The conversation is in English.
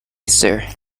sir